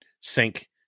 sink